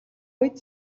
үед